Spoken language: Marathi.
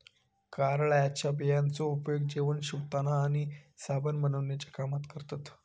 कारळ्याच्या बियांचो उपयोग जेवण शिवताना आणि साबण बनवण्याच्या कामात करतत